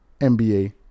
nba